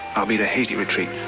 i'll beat a hasty retreat.